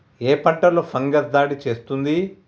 ఏ పంటలో ఫంగస్ దాడి చేస్తుంది?